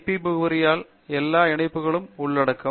B முகவரியால் எல்லா இணைப்புகளும் உள்ளடக்கம்